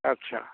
अच्छा